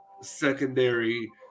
secondary